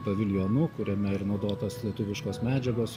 paviljonu kuriame ir naudotos lietuviškos medžiagos